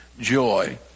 joy